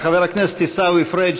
מאת חבר הכנסת עיסאווי פריג'.